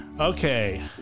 okay